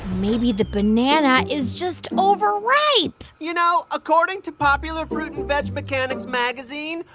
maybe the banana is just overripe you know, according to popular fruit and veg mechanics magazine,